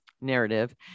narrative